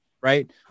right